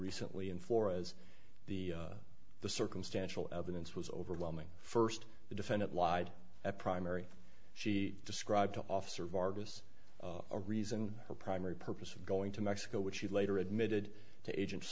recently in four as the the circumstantial evidence was overwhelming first the defendant lied at primary she described the officer vargas a reason her primary purpose of going to mexico which he later admitted to agent